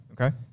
okay